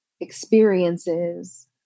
experiences